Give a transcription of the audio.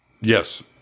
Yes